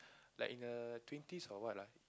like in her twenties or what ah